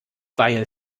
weil